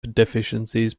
deficiencies